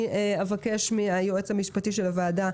אני אבקש מהיועץ המשפטי של הוועדה,